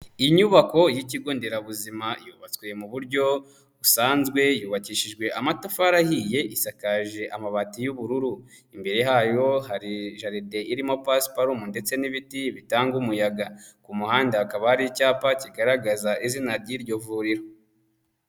Inyubako y'ikigo nderabuzima yubashtswe mu buryo busanzwe yubakishijwe amatafari ahiye isakaje amabati y'ubururu, imbere yayo hari jarde irimo pasiparumu ndetse n'ibiti bitanga umuyaga ku muhanda hakaba hari icyapa kigaragaza izina ry'iryo vuriro.